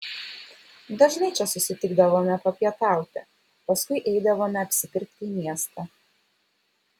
dažnai čia susitikdavome papietauti paskui eidavome apsipirkti į miestą